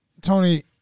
Tony